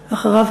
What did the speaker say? ואחריו,